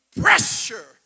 pressure